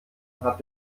hat